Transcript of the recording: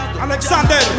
Alexander